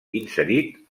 inserit